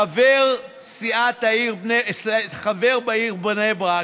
חבר בעיריית בני ברק,